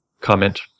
comment